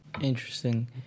Interesting